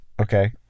Okay